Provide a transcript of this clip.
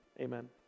amen